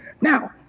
Now